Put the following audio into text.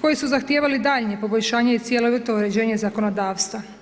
koji su zahtijevali daljnje poboljšanje i cjelovito uređenje zakonodavstva.